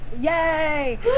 Yay